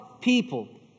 people